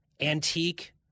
antique